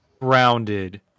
rounded